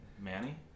Manny